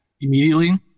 immediately